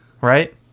right